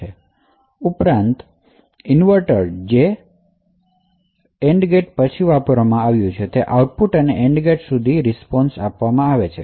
અને આ ઉપરાંત એકી સંખ્યામાં ઇન્વર્ટર છે અને છેવટે તેનો આઉટપુટ થી AND ગેટ સુધી રીસ્પોન્શ છે